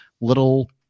little